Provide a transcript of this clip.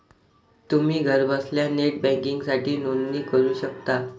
तुम्ही घरबसल्या नेट बँकिंगसाठी नोंदणी करू शकता